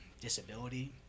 disability